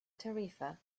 tarifa